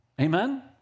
Amen